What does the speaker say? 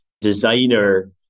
designer